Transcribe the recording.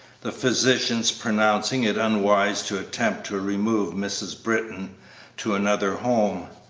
the physicians pronouncing it unwise to attempt to remove mrs. britton to another home.